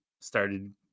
started